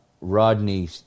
Rodney